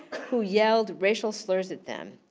who yelled racial slurs at them.